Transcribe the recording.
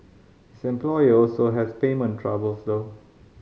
his employer also has payment troubles though